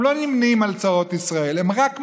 הם לא נמנים בצרות ישראל, הם רק מרוויחים.